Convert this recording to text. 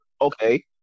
okay